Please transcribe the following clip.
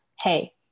hey